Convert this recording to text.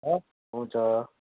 हवस् हुन्छ